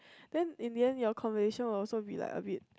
then in the end your conversation will also be like a bit